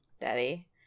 Daddy